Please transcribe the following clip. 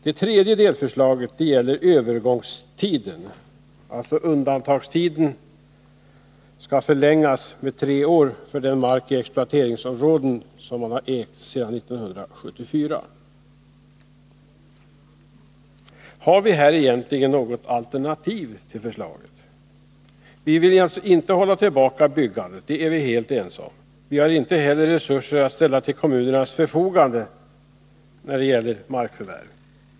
Det tredje delförslaget gäller övergångstiden — undantagstiden skall förlängas med tre år för mark i exploateringsområden som ägts sedan 1974. Har vi här egentligen något alternativ? Vi vill inte hålla tillbaka byggandet — det är vi helt ense om. Vi har inte heller resurser att ställa till kommunernas förfogande när det gäller markförvärv.